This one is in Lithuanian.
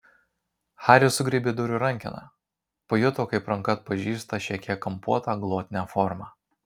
haris sugriebė durų rankeną pajuto kaip ranka atpažįsta šią kiek kampuotą glotnią formą